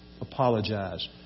apologize